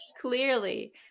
clearly